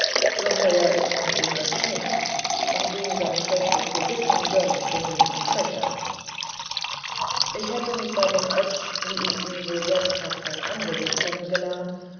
geheuer ist's mit dem oetsch nicht und dem sein schlechtes gewissen gönn ich dem linken schächer ich hätte mich bei dem oetsch wie ich ihn so jetzt hab von angesicht